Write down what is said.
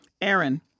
Aaron